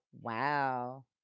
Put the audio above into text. wow